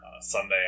Sunday